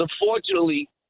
Unfortunately